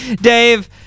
Dave